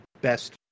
best